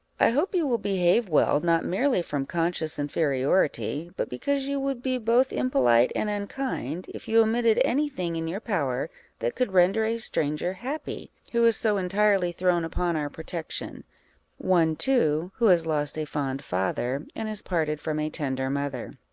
i hope you will behave well, not merely from conscious inferiority, but because you would be both impolite and unkind, if you omitted any thing in your power that could render a stranger happy, who is so entirely thrown upon our protection one, too, who has lost a fond father, and is parted from a tender mother.